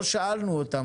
לא שאלנו אותם.